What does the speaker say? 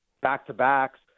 back-to-backs